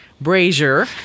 Brazier